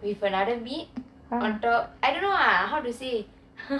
with another meat on top I don't ah how to say